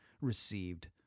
received